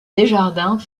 desjardins